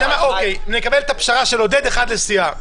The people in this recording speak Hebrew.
אוקיי, נקבל את הפשרה של עודד אחד לסיעה.